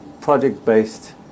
project-based